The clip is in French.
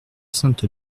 sainte